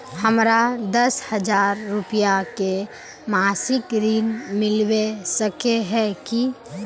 हमरा दस हजार रुपया के मासिक ऋण मिलबे सके है की?